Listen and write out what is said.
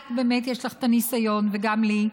את, באמת יש לך את הניסיון, וגם לי.